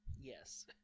Yes